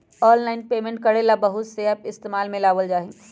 online payment करे ला बहुत से एप इस्तेमाल में लावल जा हई